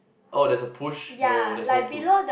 oh there's a push no there's no push